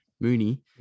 Mooney